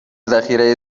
ذخیره